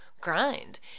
grind